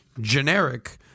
generic